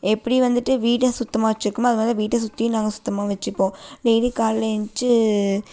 எப்படி வந்துட்டு வீட்டை சுத்தமாக வச்சுக்கமோ அதுமாதிரி வீட்டை சுற்றியும் நாங்கள் சுத்தமா வச்சுப்போம் டெய்லி காலைல ஏழுந்ச்சு